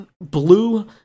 Blue